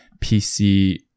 PC